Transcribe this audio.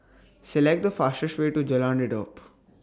Select The fastest Way to Jalan Redop